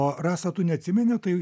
o rasa tu neatsimeni tai